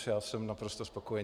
Já jsem naprosto spokojen.